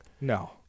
No